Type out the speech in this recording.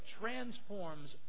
transforms